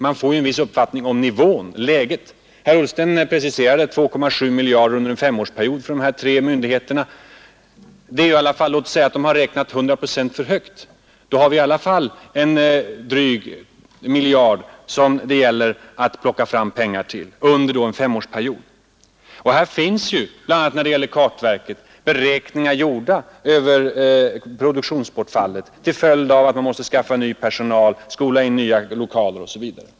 Man får en viss uppfattning om nivån och läget. Herr Ullsten preciserade kostnaderna till 2,7 miljarder under en femårsperiod för bara de nämnda tre myndigheterna. Låt oss säga att man har räknat 100 procent för högt. Då har vi i alla fall en dryg miljard som det gäller att plocka fram under en femårsperiod. När det gäller kartverket finns det också där motsvarande beräkningar gjorda över produktionsbortfallet som blir följden av att man måste skaffa ny personal, skola in nya lokaler osv.